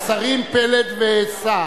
השרים פלד וסער,